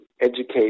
educate